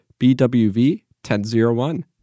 BWV-1001